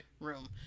room